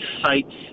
sites